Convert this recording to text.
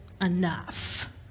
enough